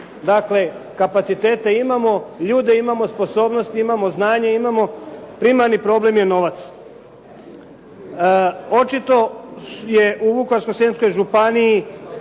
Dakle, kapacitete imamo, ljude imamo, sposobnosti imamo, znanje imamo, primarni problem je novac. Očito je u Vukovarsko srijemskoj-županiji